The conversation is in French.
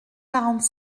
quarante